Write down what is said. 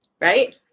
right